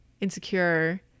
insecure